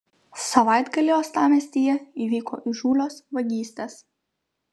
savaitgalį uostamiestyje įvyko įžūlios vagystės